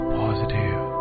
positive